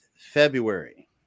February